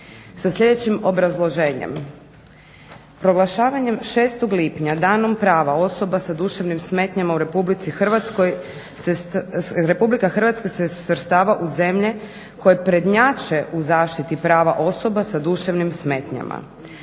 sa sljedećim obrazloženjem: - Proglašavanjem 6. lipnja Danom prava osoba sa duševnim smetnjama u Republici Hrvatskoj Republika Hrvatska se svrstava u zemlje koje prednjače u zaštiti prava osoba sa duševnim smetnjama,